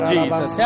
Jesus